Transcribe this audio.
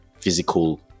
physical